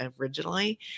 originally